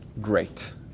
great